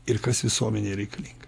ir kas visuomenei reikalinga